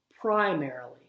primarily